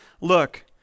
Look